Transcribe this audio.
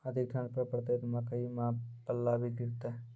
अधिक ठंड पर पड़तैत मकई मां पल्ला भी गिरते?